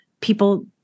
people